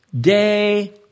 day